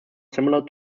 similar